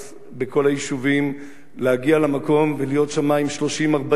היישובים להגיע למקום ולהיות שם עם 30,000